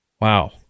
Wow